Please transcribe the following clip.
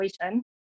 situation